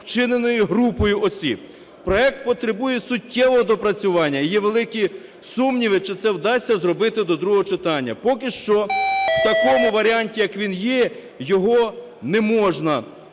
вчиненої групою осіб". Проект потребує суттєвого доопрацювання, є великі сумніви, чи це вдасться зробити до другого читання. Поки що в такому варіанті, як він є, його не можна